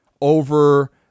over